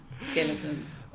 Skeletons